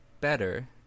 better